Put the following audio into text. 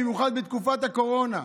במיוחד בתקופת הקורונה.